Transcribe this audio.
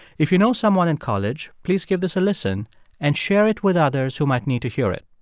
if you know someone in college, please give this a listen and share it with others who might need to hear it.